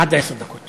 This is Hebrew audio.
עד עשר דקות.